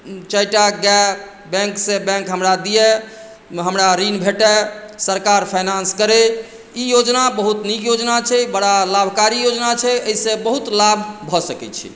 चारिटा गाय बैंक सॅं बैंक हमरा दिया हमरा ऋण भेटा सरकार फाइनेंस करै ई योजना बहुत नीक योजना छै बड़ा लाभकारी योजना छै एहिसॅं बहुत लाभ भऽ सकै छै